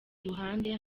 ruhande